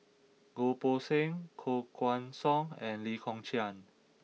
Goh Poh Seng Koh Guan Song and Lee Kong Chian